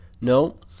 No